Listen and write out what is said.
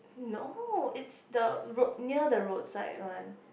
no is the road near the roadside one